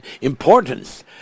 importance